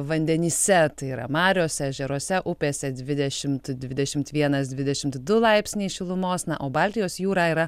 vandenyse tai yra mariose ežeruose upėse dvidešimt dvidešimt vienas dvidešimt du laipsniai šilumos na o baltijos jūra yra